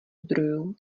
zdrojů